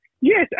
Yes